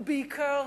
ובעיקר